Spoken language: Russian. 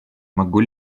могу